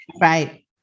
Right